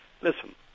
listen